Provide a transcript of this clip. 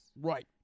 Right